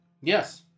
Yes